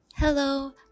Hello